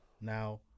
Now